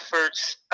efforts